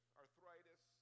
arthritis